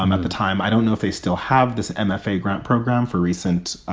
um at the time, i don't know if they still have this mfa grant program for recent